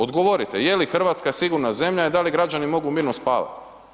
Odgovorite, je li Hrvatska sigurna zemlja i da li građani mogu mirno spavati?